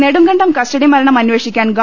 Nedumkandam custody മരണം അന്വേഷിക്കാൻ ഗവ